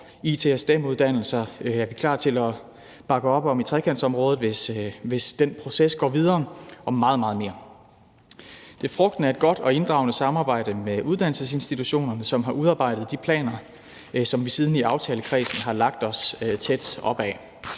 og STEM-uddannelser er vi klar til at bakke op om i trekantsområdet, hvis den proces går videre – og meget, meget mere. Det er frugten af et godt og inddragende samarbejde med uddannelsesinstitutionerne, som har udarbejdet de planer, som vi siden i aftalekredsen har lagt os tæt op ad.